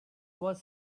was